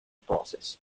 process